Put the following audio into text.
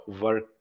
work